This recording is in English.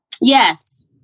Yes